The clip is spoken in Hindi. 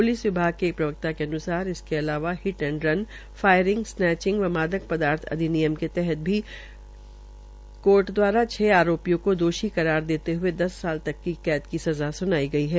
पुलिस विभाग के एक प्रवक्ता ने अनुसार इसके अलावा hit and run firing snatching व मादक पदार्थ अधिनियम के तहत भी कोर्ट द्वारा छः आरोपियों को दोषी करार देते हये दस साल तक की सज़ा सुनाई गई है